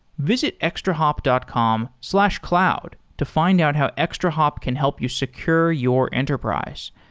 visit extrahop dot com slash cloud to find out how extrahop can help you secure your enterprise.